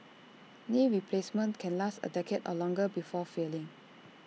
knee replacements can last A decade or longer before failing